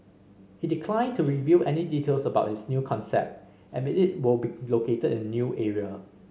he declined to reveal any details about his new concept and it will be located in a new area